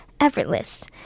effortless